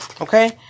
Okay